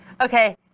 okay